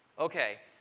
okay.